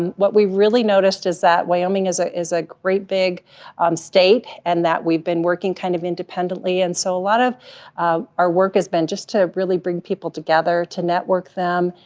and what we've really noticed is that wyoming is ah is a great big state, and that we've been working kind of independently. and so a lot of our work has been just to really bring people together to network them,